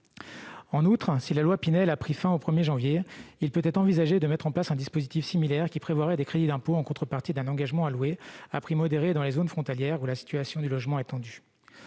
entreprises, dit Pinel, ayant pris fin au 1 janvier, il peut être envisagé de mettre en place un dispositif similaire prévoyant des crédits d'impôt en contrepartie d'un engagement à louer à prix modéré dans les zones frontalières où la situation du logement est tendue.